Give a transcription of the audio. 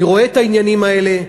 אני רואה את העניינים האלה,